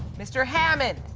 mr. hammond,